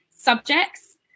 subjects